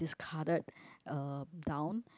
discarded uh down